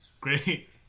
Great